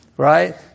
Right